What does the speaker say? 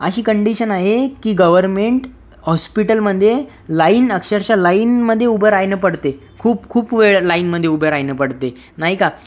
अशी कंडिशन आहे की गव्हर्नमेंट हॉस्पिटलमध्ये लाइन अक्षरशः लाइनमध्ये उभं राहणं पडते खूप खूप वेळ लाइनमध्ये उभं राहणं पडते नाही का